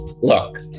Look